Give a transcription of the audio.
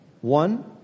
one-